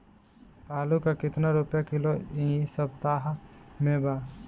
आलू का कितना रुपया किलो इह सपतह में बा?